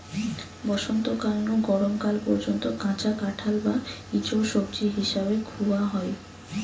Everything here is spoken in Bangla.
বসন্তকাল নু গরম কাল পর্যন্ত কাঁচা কাঁঠাল বা ইচোড় সবজি হিসাবে খুয়া হয়